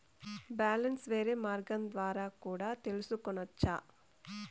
Balance వేరే మార్గం ద్వారా కూడా తెలుసుకొనొచ్చా?